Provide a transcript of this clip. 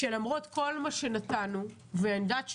שלמרות כל מה שנתנו, ואני יודעת שנתנו,